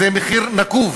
זה מחיר נקוב